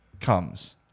comes